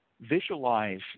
visualize